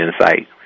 insight